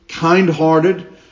kind-hearted